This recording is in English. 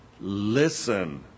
listen